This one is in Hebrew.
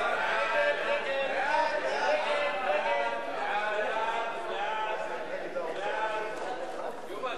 ההסתייגות